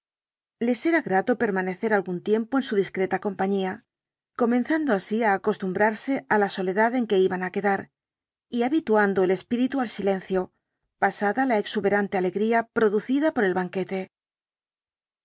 les era grato permanecer algún tiempo en su discreta compañía comenzando así á acostumbrarse á la soledad en que iban á quedar y habituando el espíritu al silencio pasada el dr jekyll la exuberante alegría producida por el banquete